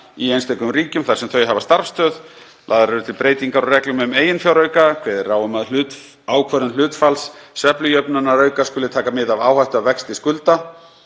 í einstökum ríkjum þar sem þau hafa starfsstöð. Lagðar eru til breytingar á reglum um eiginfjárauka. Kveðið er á um að ákvörðun hlutfalls sveiflujöfnunarauka skuli taka mið af áhættu af vexti skulda.